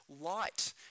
Light